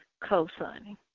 co-signing